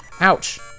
Ouch